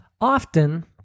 often